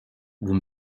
vous